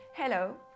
Hello